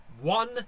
one